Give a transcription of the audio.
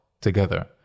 together